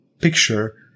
picture